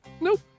Nope